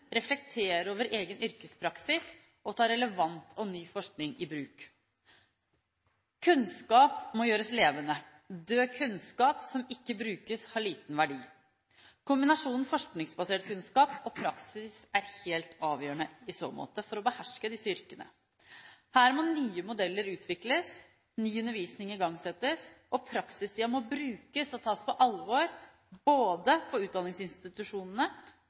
reflektere over egen yrkespraksis og ta relevant og ny forskning i bruk. Kunnskap må gjøres levende. Død kunnskap som ikke brukes, har liten verdi. Kombinasjonen forskningsbasert kunnskap og praksis er i så måte helt avgjørende for å beherske disse yrkene. Her må nye modeller utvikles, ny undervisning igangsettes, og praksistida må brukes og tas på alvor både hos utdanningsinstitusjonene